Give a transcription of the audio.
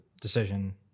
decision